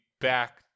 back